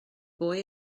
boy